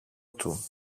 του